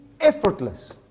effortless